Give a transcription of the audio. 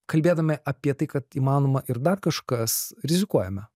kalbėdami apie tai kad įmanoma ir dar kažkas rizikuojame